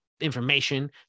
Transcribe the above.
information